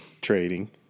trading